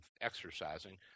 exercising